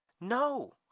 No